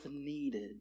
needed